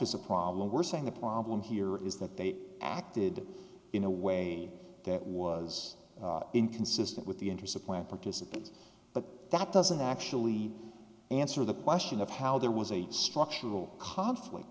is a problem we're saying the problem here is that they acted in a way that was inconsistent with the interest of plant participants but that doesn't actually answer the question of how there was a structural conflict